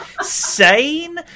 sane